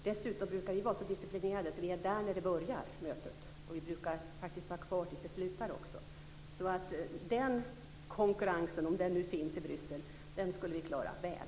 Dessutom brukar vi vara så disciplinerade att vi är där när mötet börjar, och vi brukar faktiskt vara kvar tills det slutar. Den konkurrensen - om den nu finns i Bryssel - skulle vi klara väl.